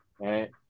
right